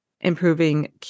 improving